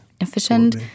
Efficient